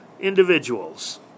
individuals